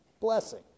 Blessing